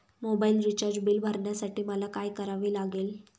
Mobile recharge bill भरण्यासाठी मला काय करावे लागेल?